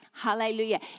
Hallelujah